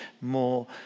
more